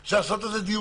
אפשר לתאם את זה בינינו,